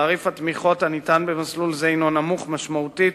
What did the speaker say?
תעריף התמיכות הניתן במסלול זה הינו נמוך משמעותית